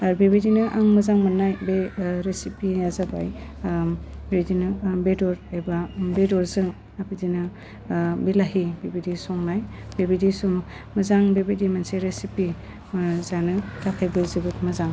आरो बेबायदिनो आं मोजां मोन्नाय बे रेसिपिया जाबाय बिदिनो बेदर एबा बेदरजों बिदिनो बिलाहि बेबायदि संनाय बेबायदि मोजां बेबायदि मोनसे रेसिपि जानो थाखायबो जोबोद मोजां